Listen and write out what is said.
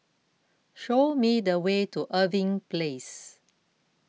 show me the way to Irving Place